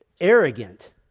Arrogant